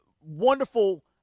wonderful